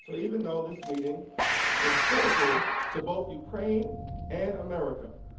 so even though this meeting was critical to both ukraine and america,